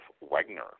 Wagner